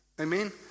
Amen